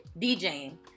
DJing